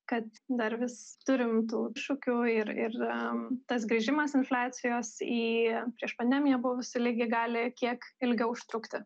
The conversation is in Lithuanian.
kad dar vis turim tų iššūkių ir ir tas grįžimas infliacijos į prieš pandemiją buvusį lygį gali kiek ilgiau užtrukti